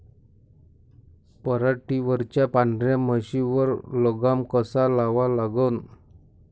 पराटीवरच्या पांढऱ्या माशीवर लगाम कसा लावा लागन?